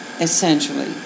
essentially